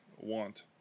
want